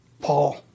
Paul